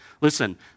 Listen